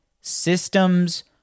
Systems